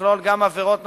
שתכלול גם עבירות נוספות,